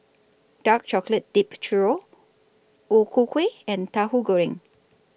Dark Chocolate Dipped Churro O Ku Kueh and Tahu Goreng